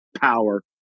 power